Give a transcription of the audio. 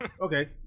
Okay